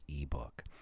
ebook